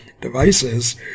devices